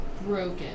broken